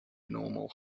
abnormal